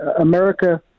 America